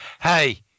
hey